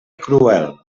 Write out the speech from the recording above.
cruel